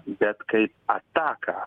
bet kaip ataką